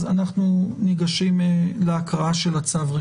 אנחנו ניגשים להקראה של הצו.